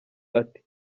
ati